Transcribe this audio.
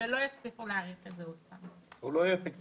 שלא יצליחו להאריך את זה עוד פעם --- הוא לא יהיה אפקטיבי.